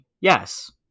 yes